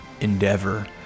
endeavor